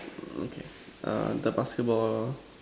okay err the basketball